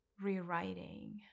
rewriting